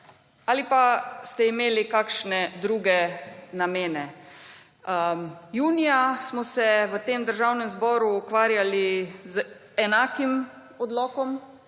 ali pa ste imeli kakšne druge namene. Junija smo se v Državnem zboru ukvarjali z enakim odlokom,